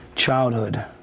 childhood